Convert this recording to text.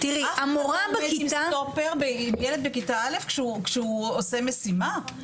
אף אחד לא יכול לעמוד עם סטופר לילד בכיתה א' שהוא עושה משימה,